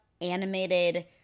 animated